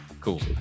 Cool